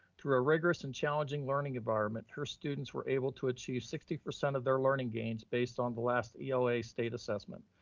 through a rigorous and challenging learning environment, her students were able to achieve sixty percent of their learning gains based on the last ela state assessment.